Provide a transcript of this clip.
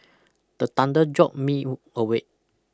the thunder jolt me awake